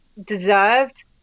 deserved